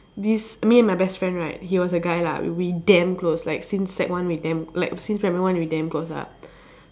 this me and my best friend right he was a guy lah we damn close like since sec one we damn like since primary one we damn close lah